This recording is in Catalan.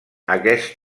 aquest